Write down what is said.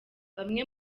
bamwe